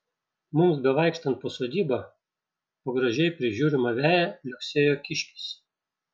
mums bevaikštant po sodybą po gražiai prižiūrimą veją liuoksėjo kiškis